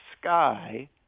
sky